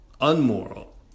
unmoral